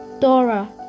Dora